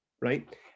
right